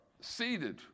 seated